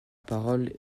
parole